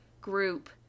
group